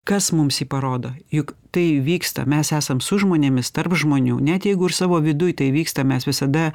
kas mums jį parodo juk tai vyksta mes esam su žmonėmis tarp žmonių net jeigu ir savo viduj tai vyksta mes visada